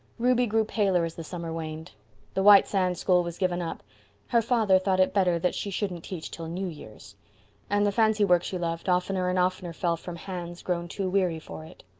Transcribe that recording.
ruby grew paler as the summer waned the white sands school was given up her father thought it better that she shouldn't teach till new year's and the fancy work she loved oftener and oftener fell from hands grown too weary for it.